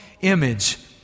image